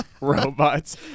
robots